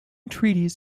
treaties